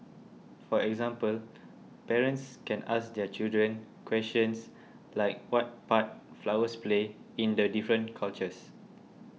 for example parents can ask their children questions like what part flowers play in the different cultures